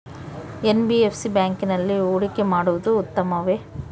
NBFC ಬ್ಯಾಂಕಿನಲ್ಲಿ ಹೂಡಿಕೆ ಮಾಡುವುದು ಉತ್ತಮವೆ?